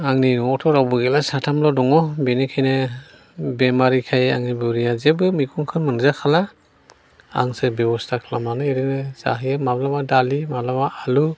आंनि न'आवथ' रावबो गैला साथामल' दङ बेनिखायनो बेमारिखाय आंनि बुरिया जेबो मैगंखौनो मोनजा खाला आंसो बेब'स्था खालामनानै ओरैनो जाहोयो माब्ला ओरैनो दालि माब्लाबा आलु